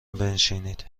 بنشینید